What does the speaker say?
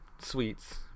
sweets